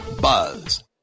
.buzz